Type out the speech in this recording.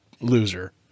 loser